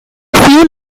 few